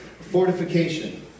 fortification